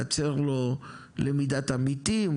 לייצר לו למידת עמיתים,